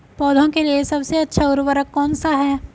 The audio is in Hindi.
पौधों के लिए सबसे अच्छा उर्वरक कौन सा है?